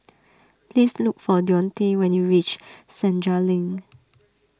please look for Deonte when you reach Senja Link